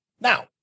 now